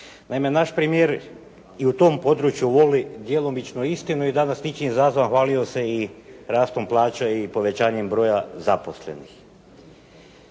Naime, naš premijer i u tom području voli djelomično istinu i danas ničim izazvan hvalio se i rasponom plaće i povećanjem broja zaposlenih.